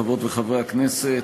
חברות וחברי הכנסת,